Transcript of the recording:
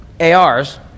ARs